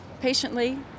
patiently